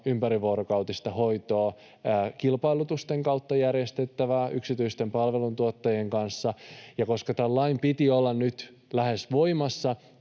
ympärivuorokautista hoitoa järjestetty kilpailutusten kautta yksityisten palveluntuottajien kanssa, ja koska tämän lain piti olla nyt lähes voimassa,